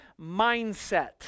mindset